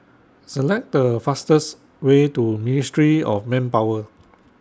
Select The fastest Way to Ministry of Manpower